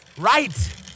Right